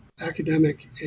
academic